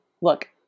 Look